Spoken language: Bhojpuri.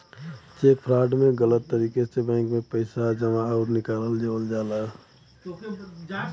चेक फ्रॉड में गलत तरीके से बैंक में पैसा जमा आउर निकाल लेवल जाला